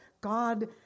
God